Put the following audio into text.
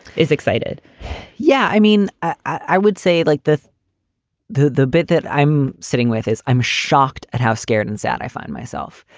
is excited yeah. i mean, i would say like the the bit that i'm sitting with is i'm shocked at how scared and sad i find myself.